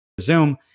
Zoom